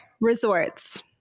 Resorts